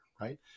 right